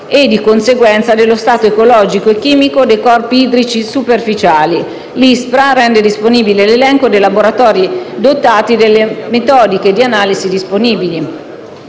e, di conseguenza, dello stato ecologico e chimico dei corpi idrici superficiali. L'ISPRA rende disponibile l'elenco di laboratori dotati delle metodiche di analisi disponibili.